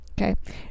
Okay